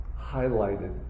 highlighted